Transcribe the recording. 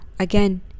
Again